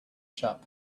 shop